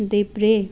देब्रे